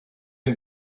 энэ